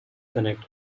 connect